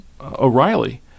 O'Reilly